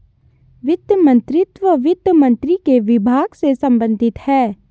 वित्त मंत्रीत्व वित्त मंत्री के विभाग से संबंधित है